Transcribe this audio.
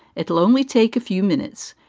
it'll only take a few minutes.